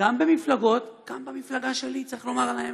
גם במפלגות, גם במפלגה שלי, צריך לומר את האמת.